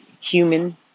human